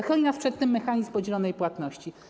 Chroni nas przed tym mechanizm podzielonej płatności.